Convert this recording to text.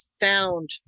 found